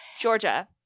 Georgia